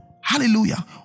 Hallelujah